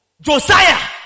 Josiah